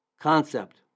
concept